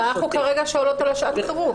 אבל אנחנו כרגע שואלות על שעת החירום.